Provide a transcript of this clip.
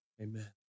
amen